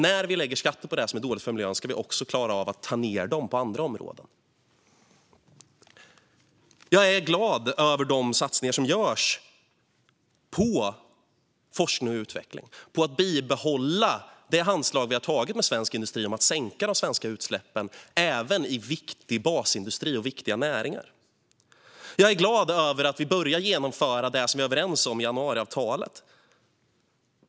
När vi lägger skatter på det som är dåligt för miljön ska vi också klara av att minska skatter på andra områden. Jag är glad över de satsningar som görs på forskning och utveckling och på att bibehålla det handslag som vi har gjort med svensk industri om att sänka de svenska utsläppen, även i viktig basindustri och viktiga näringar. Jag är glad över att vi börjar genomföra det som vi är överens om i januariavtalet.